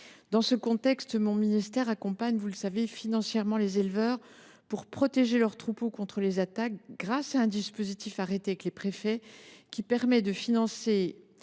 Dans ce contexte, mon ministère accompagne financièrement les éleveurs pour protéger leurs troupeaux contre les attaques, grâce à un dispositif arrêté avec les préfets. Celui ci permet de financer